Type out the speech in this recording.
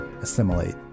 assimilate